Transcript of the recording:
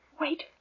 Wait